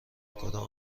کدام